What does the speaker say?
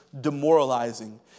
demoralizing